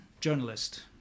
journalist